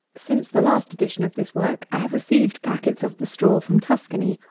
since the last edition of this work, i have received packets of the straw from tuscany,